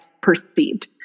perceived